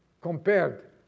compared